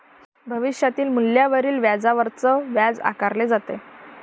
भविष्यातील मूल्यावरील व्याजावरच व्याज आकारले जाते